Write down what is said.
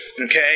okay